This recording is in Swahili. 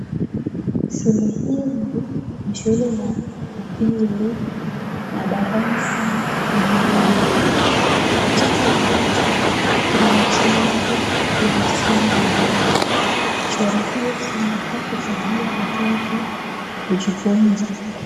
Shule hili ni shule la upili na darasa limefungwa. Katika ukuta, kuna michoro ya somo la dini. Mchoro hiyo inafaa kusaidia watoto kujifunza.